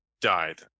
died